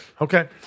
Okay